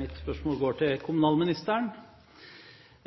Mitt spørsmål går til kommunalministeren.